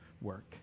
work